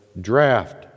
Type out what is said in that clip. draft